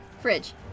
Fridge